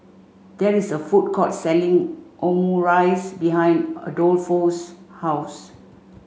there is a food court selling Omurice behind Adolfo's house